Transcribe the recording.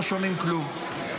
לא שומעים כלום.